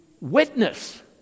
witness